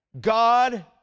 God